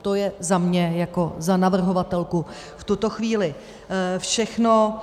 To je za mě jako za navrhovatelku v tuto chvíli všechno.